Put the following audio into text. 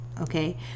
okay